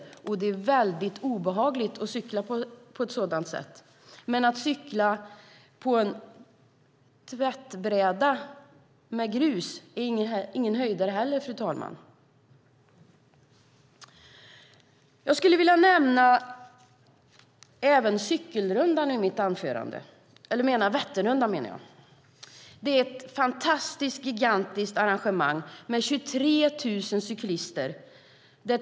Det är dessutom väldigt obehagligt att cykla där. Men att cykla på en tvättbräda med grus är ingen höjdare heller, fru talman. Vätternrundan är ett fantastiskt, gigantiskt arrangemang med 23 000 cyklister.